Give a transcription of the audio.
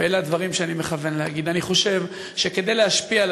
ואלה הדברים שאני מכוון להגיד: אני חושב שכדי להשפיע על